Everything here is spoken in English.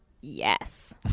Yes